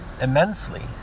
immensely